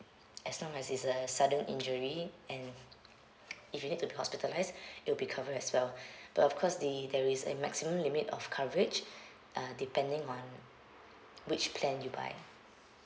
as long as is a sudden injury and if you need to be hospitalised it'll be covered as well but of course the there is a maximum limit of coverage uh depending on which plan you buy